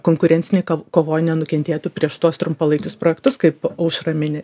konkurencinėj kovoj nenukentėtų prieš tuos trumpalaikius projektus kaip aušra mini